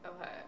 Okay